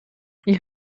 ich